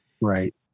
Right